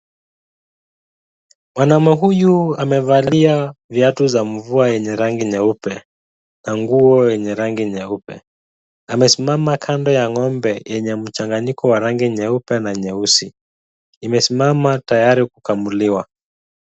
Mwanaume huyu amevalia viatu za mvua yenye rangi nyeupe na nguo yenye rangi nyeupe. Amesimama kando ya ng'ombe yenye mchanganyiko wa rangi nyeupe na nyeusi. Imesimama tayari kukamuliwa.